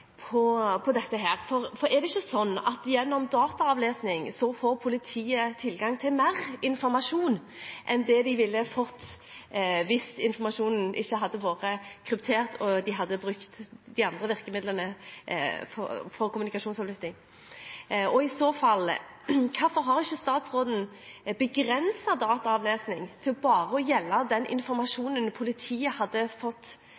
statsråden på dette: Er det ikke slik at politiet gjennom dataavlesing får tilgang til mer informasjon enn de ville ha fått hvis informasjonen ikke hadde vært kryptert og de hadde brukt de andre virkemidlene for kommunikasjonsavlytting? Og i så fall: Hvorfor har ikke statsråden begrenset dataavlesing til bare å gjelde den informasjonen politiet hadde fått